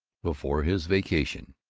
before his vacation,